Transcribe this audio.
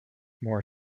more